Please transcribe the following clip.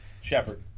Shepard